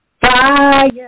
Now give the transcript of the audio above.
fire